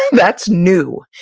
that's new.